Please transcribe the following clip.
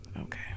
Okay